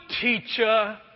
teacher